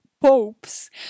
popes